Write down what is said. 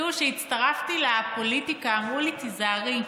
כשהצטרפתי לפוליטיקה אמרו לי: תיזהרי,